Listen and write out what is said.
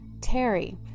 Terry